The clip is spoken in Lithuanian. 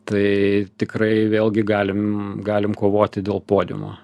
tai tikrai vėlgi galim galim kovoti dėl podiumo